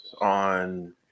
on